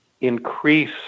increase